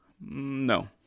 no